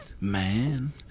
man